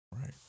Right